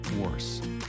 worse